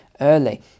early